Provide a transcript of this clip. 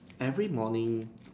every morning